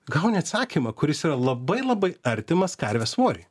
gauni atsakymą kuris yra labai labai artimas karvės svoriui